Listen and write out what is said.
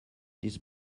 this